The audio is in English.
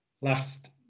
last